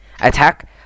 attack